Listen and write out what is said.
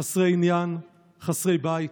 חסרי עניין, חסרי בית.